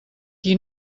qui